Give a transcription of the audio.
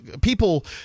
people